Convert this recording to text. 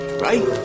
right